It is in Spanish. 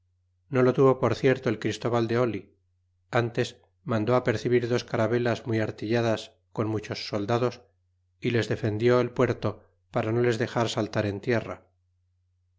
no lo tuvo por cierto el christóval de ntes mandó apercebir dos caravelas muy artiliadas con muchos soldados y les defendió el puerto para no les dejar saltar en tierra